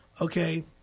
Okay